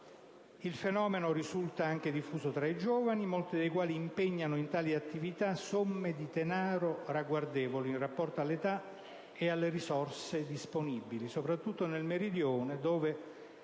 Il fenomeno risulta anche diffuso tra i giovani, molti dei quali impegnano in tali attività somme di denaro ragguardevoli in rapporto all'età e alle risorse disponibili, soprattutto nel Meridione, dove